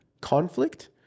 conflict